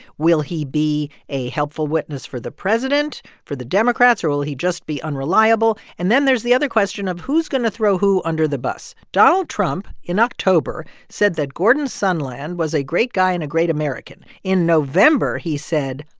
will he be a helpful witness for the president, for the democrats or will he just be unreliable? and then there's the other question of, who's going to throw who under the bus? donald trump in october said that gordon sondland was a great guy and a great american. in november, he said,